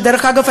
ודרך אגב,